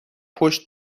پشت